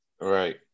Right